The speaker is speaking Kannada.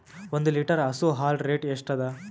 ಒಂದ್ ಲೀಟರ್ ಹಸು ಹಾಲ್ ರೇಟ್ ಎಷ್ಟ ಅದ?